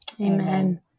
amen